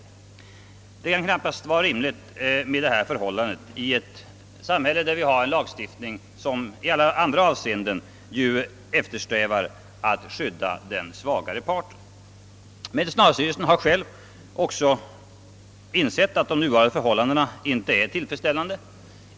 Detta kan knappast vara ett rimligt förhållande i ett rättssamhälle, där lagstiftningen i övrigt går ut på att skydda den svagare parten. Medicinalstyrelsen har själv också insett att den nuvarande situationen är otillfredsställande.